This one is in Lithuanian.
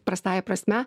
prastąja prasme